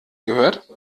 gehört